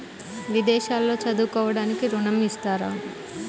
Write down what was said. విదేశాల్లో చదువుకోవడానికి ఋణం ఇస్తారా?